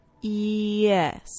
Yes